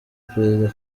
perezida